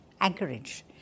anchorage